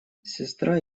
сестра